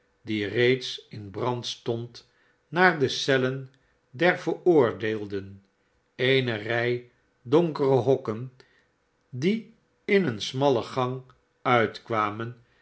die reeds in brand stond naar de cellen der veroordeelden eene rij donkere hokken die in een smallen gang uitkwamen